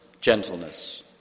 gentleness